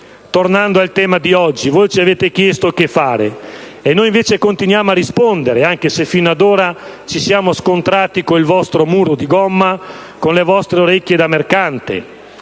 Tornando al tema di oggi, voi ci avete chiesto che fare. E noi invece continuiamo a rispondere, anche se fino ad ora ci siamo scontrati con il vostro muro di gomma, con le vostre orecchie da mercante.